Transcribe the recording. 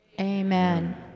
Amen